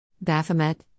Baphomet